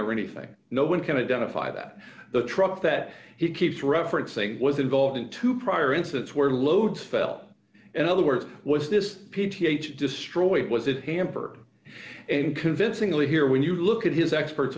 or anything no one can identify that the truck that he keeps referencing was involved in two prior incidents where loads fell and other words was this p t h destroyed was it hampered and convincingly here when you look at his expert